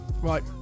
Right